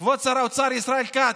כבוד שר האוצר ישראל כץ,